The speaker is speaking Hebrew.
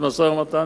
יש משא-ומתן?